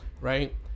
Right